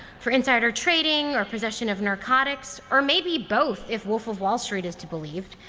for insider trading, or possession of narcotics, or maybe both if wolf of wall street is to believed.